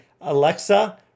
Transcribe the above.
Alexa